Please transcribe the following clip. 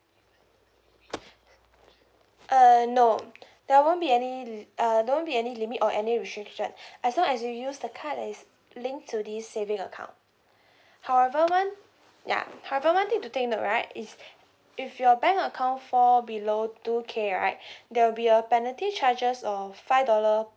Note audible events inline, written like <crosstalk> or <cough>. <breath> uh no there won't be any li~ uh there won't be any limit or any restrictions <breath> as long as you use the card that is linked to this saving account however one ya however one thing to take note right is if your bank account fall below two K right <breath> there will be a penalty charges of five dollar